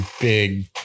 big